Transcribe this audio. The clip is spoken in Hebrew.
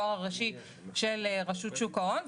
האקטואר הראשי של רשות שוק ההון,